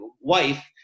wife